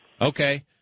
Okay